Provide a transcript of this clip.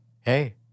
Hey